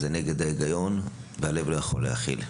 זה נגד ההיגיון והלב לא יכול להכיל.